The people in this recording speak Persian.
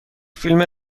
فیلم